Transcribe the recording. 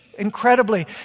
incredibly